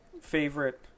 favorite